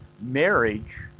marriage